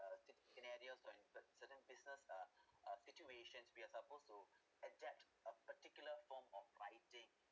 uh scene scenarios or in certain business uh uh situations we are supposed to adapt a particular form of writing